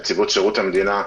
נציבות שירות המדינה,